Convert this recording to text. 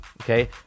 Okay